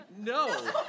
No